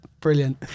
Brilliant